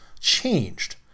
changed